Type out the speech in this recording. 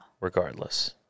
Regardless